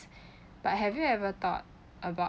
but have you ever thought about